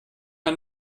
man